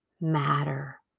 matter